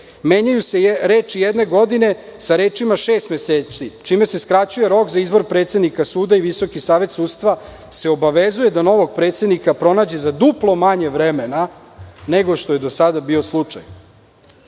menjaju se reči - jedne godine, sa rečima - šest meseci, čime se skraćuje rok za izbor predsednika suda i Visoki savet sudstva se obavezuje da novog predsednika pronađe za duplo manje vremena nego što je do sada bio slučaj. Predlog